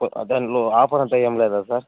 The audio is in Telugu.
ఓ దానిలో ఆఫర్ అంతా ఏమి లేదా సార్